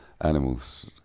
animals